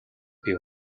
бий